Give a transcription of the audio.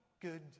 good